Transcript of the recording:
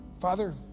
Father